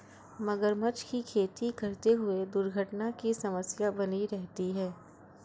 मगरमच्छ की खेती करते हुए दुर्घटना की समस्या बनी रहती है